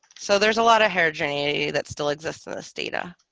so there's a lot of heterogeneity that still exists in this data